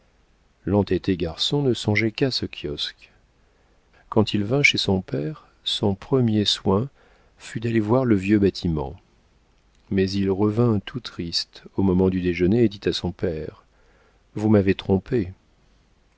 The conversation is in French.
l'entêté garçon ne songeait qu'à ce kiosque quand il vint chez son père son premier soin fut d'aller voir le vieux bâtiment mais il revint tout triste au moment du déjeuner et dit à son père vous m'avez trompé